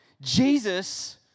Jesus